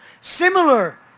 similar